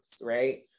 right